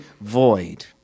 void